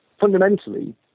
fundamentally